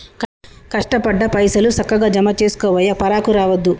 కష్టపడ్డ పైసలు, సక్కగ జమజేసుకోవయ్యా, పరాకు రావద్దు